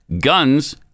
guns